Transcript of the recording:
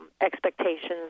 expectations